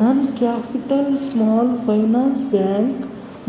ನನ್ನ Capital Small Finance bank